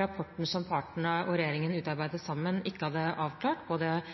rapporten som partene og regjeringen utarbeidet sammen, ikke hadde avklart,